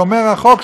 שומר החוק,